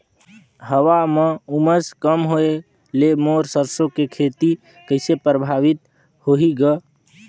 हवा म उमस कम होए ले मोर सरसो के खेती कइसे प्रभावित होही ग?